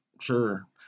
sure